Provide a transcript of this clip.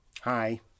Hi